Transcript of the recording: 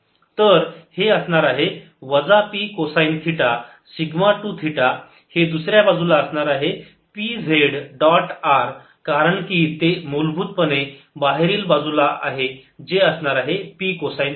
तर हे असणार आहे वजा P cosine theta sigma 2 theta हे दुसऱ्या बाजूला असणार आहे P z डॉट r कारण की ते मूलभूत पणे बाहेरील बाजूला आहे जे असणार आहे P कोसाईन थिटा